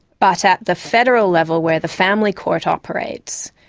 but at the federal level where the family court operates,